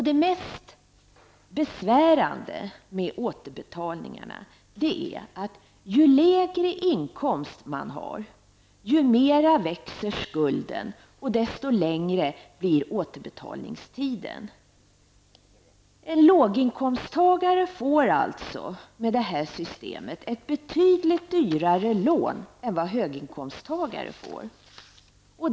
Det mest besvärande med återbetalningarna är att ju lägre inkomst man har, desto mer växer skulden och desto längre blir återbetalningstiden. En låginkomsttagare får alltså med det här systemet ett betydligt dyrare lån än vad höginkomsttagaren får.